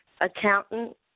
accountant